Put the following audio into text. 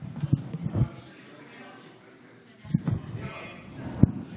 לפרסום הבוקר בכלכליסט על השימוש הנרחב בתוכנת ריגול אחרי